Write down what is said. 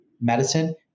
medicine